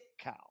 cow